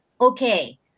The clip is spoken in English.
okay